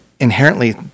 Inherently